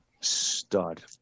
stud